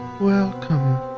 Welcome